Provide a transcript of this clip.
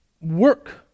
work